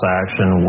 action